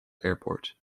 airport